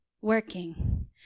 working